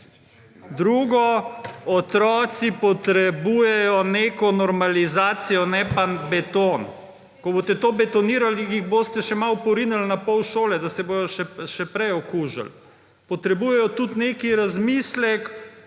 Drugo. Otroci potrebujejo neko normalizacijo ne pa beton. Ko boste to betonirali, jih boste še malo porinili na pol šole, da se bodo še prej okužili. Potrebujejo tudi neki razmislek,